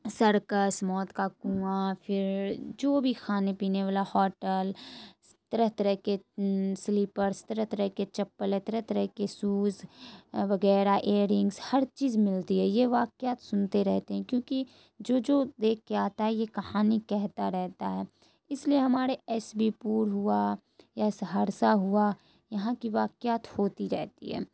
circus موت کا کنواں پھر جو بھی خانے پینے والا ہوٹل طرح طرح کے سلیپرس طرح طرح کے چپلیں طرح طرح کے شوز وغیرہ ایرنگس ہر چیز ملتی ہے یہ واقعات سنتے رہتے ہیں کیونکہ جو جو دیکھ کے آتا ہے یہ کہانی کہتا رہتا ہے اس لیے ہمارے ایس بی پور ہوا یا سہرسہ ہوا یہاں کی واقعات ہوتی رہتی ہے